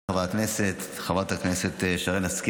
של חברת הכנסת שרן מרים